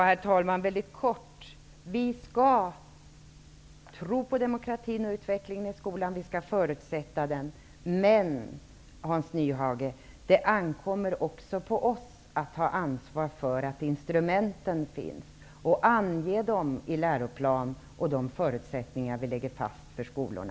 Herr talman! Vi skall tro på demokratin och utvecklingen i skolan och vi skall förutsätta den. Men det ankommer också på oss, Hans Nyhage, att ta ansvar för att instrumenten finns och ange dem i läroplan och de förutsättningar vi lägger fast för skolorna.